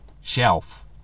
shelf